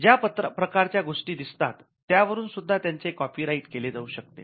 ज्या प्रकारच्या गोष्टी दिसतात त्यावरून सुद्धा त्यांचे कॉपीराइट केले जाऊ शकते